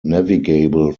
navigable